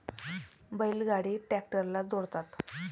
बैल गाडी ट्रॅक्टरला जोडतात